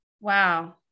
Wow